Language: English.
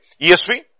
ESV